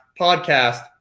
podcast